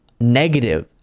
negative